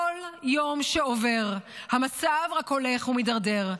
כל יום שעובר המצב רק הולך ומידרדר.